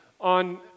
on